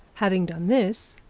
having done this,